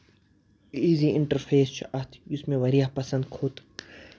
easy interface چھُ اَتھ یُس مےٚ واریاہ پَسنٛد کھوٚت